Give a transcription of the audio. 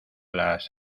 las